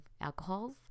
alcohols